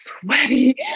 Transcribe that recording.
sweaty